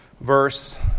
verse